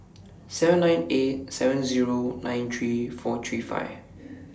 seven nine eight seven Zero nine three four three five